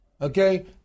okay